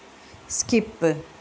skip